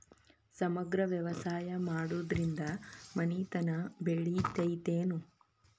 ಸಮಗ್ರ ವ್ಯವಸಾಯ ಮಾಡುದ್ರಿಂದ ಮನಿತನ ಬೇಳಿತೈತೇನು?